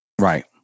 Right